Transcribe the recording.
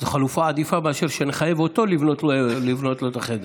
זו חלופה עדיפה מאשר שנחייב אותו לבנות לו את החדר.